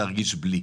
להרגיש בלי.